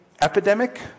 epidemic